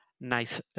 nice